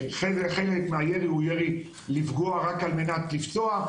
חלק מהירי הוא ירי לפגוע רק על מנת לפצוע,